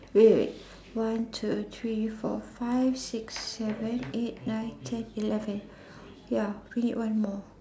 wait wait wait one two three four five six seven eight nine ten eleven ya we need one more